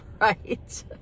right